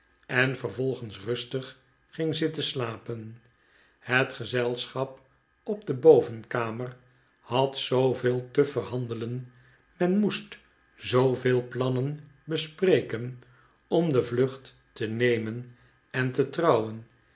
en vervolgens rustig ging zitten slapen het gezelschap op de bovenkamer had zooveel te verhandelen men moest zooveel plannen bespreken om de vlucht te nemen en te trouwen